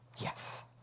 Yes